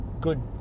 good